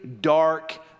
dark